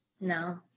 No